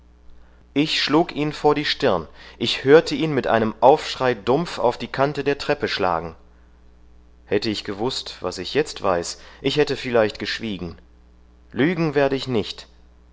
ich schlug ihn vor die stirn ich hörte ihn mit einem aufschrei dumpf auf die kante der treppe schlagen hätte ich gewußt was ich jetzt weiß ich hätte vielleicht geschwiegen lügen werde ich nicht